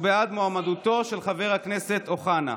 הוא בעד מועמדותו של חבר הכנסת אוחנה,